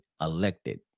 elected